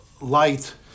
light